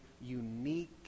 unique